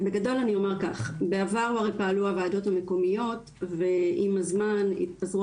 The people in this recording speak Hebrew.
אז בגדול אני אומר כך: בעבר הרי פעלו הוועדות המקומיות ועם הזמן התפזרו